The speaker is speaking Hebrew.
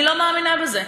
אני לא מאמינה בזה.